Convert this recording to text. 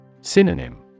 Synonym